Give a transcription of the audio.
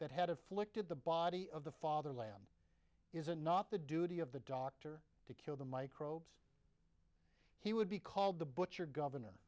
that had afflicted the body of the fatherland is and not the duty of the doctor to kill the microbes he would be called the butcher gov